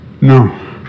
No